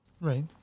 right